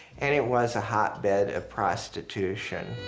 and it was a hotbed of prostitution.